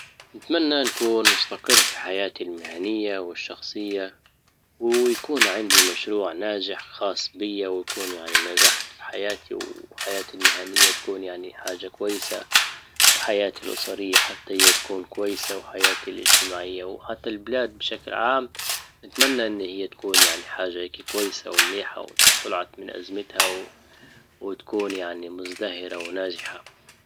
نتمنى نكون مستقر في حياتي المهنية والشخصية ويكون عندي مشروع ناجح خاص بيا ويكون يعني نجحت في حياتي وحياتي المهنية تكون يعني حاجة كويسة وحياتي الاسرية حتى هي تكون كويسة وحياتي الاجتماعية وحتى البلاد بشكل عام بنتمنى ان هي تكون يعني حاجة هيك كويسة ومليحة وطلعت من ازمتها وتكون يعني مزدهرة وناجحة